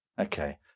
Okay